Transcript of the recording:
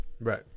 Right